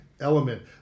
element